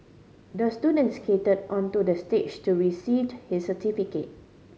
the student skated onto the stage to received his certificate